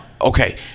okay